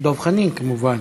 דב חנין כמובן.